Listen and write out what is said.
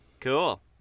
Cool